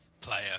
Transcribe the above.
player